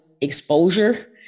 exposure